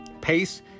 PACE